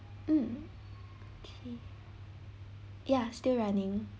mm okay ya still running